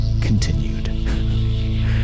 continued